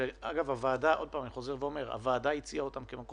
אני לא מתווכח עם זה שיכול להיות שבשוליים,